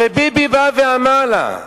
הרי ביבי אמר לה: